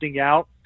out